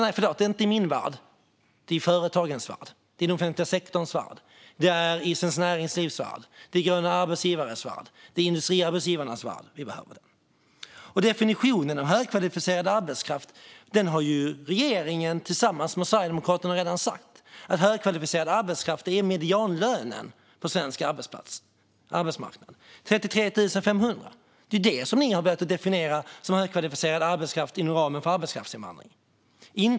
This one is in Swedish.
Eller förlåt, inte i min värld utan i företagens värld, i den offentliga sektorns värld, i Svenskt Näringslivs värld, i Gröna arbetsgivares värld och i Industriarbetsgivarnas värld. När det gäller definitionen av högkvalificerad arbetskraft har regeringen tillsammans med Sverigedemokraterna redan sagt att arbetskraften är högkvalificerad ovanför medianlönen på svenska arbetsmarknad: 33 500. Det är vad ni definierar som högkvalificerad arbetskraft inom ramen för arbetskraftsinvandring, Ludvig Aspling.